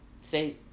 say